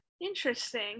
Interesting